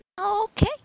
Okay